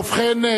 ובכן,